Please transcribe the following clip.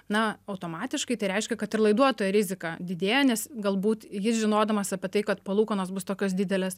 na automatiškai tai reiškia kad ir laiduotojo rizika didėja nes galbūt jis žinodamas apie tai kad palūkanos bus tokios didelės